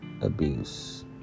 abuse